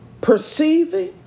perceiving